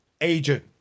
agent